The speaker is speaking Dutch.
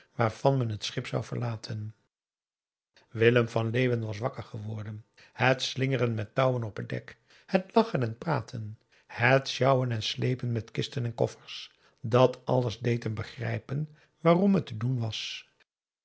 waarvan men het schip zou verlaten p a daum hoe hij raad van indië werd onder ps maurits willem van leeuwen was wakker geworden het slingeren met touwen op het dek het lachen en praten het sjouwen en sleepen met kisten en koffers dat alles deed hem begrijpen waarom het te doen was